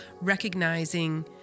recognizing